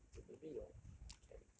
okay maybe your chem